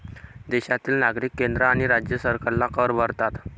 देशातील नागरिक केंद्र आणि राज्य सरकारला कर भरतात